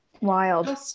Wild